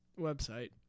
website